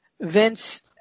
Vince